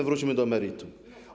Wróćmy do meritum.